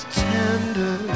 tender